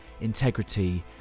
integrity